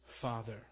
Father